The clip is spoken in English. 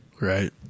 Right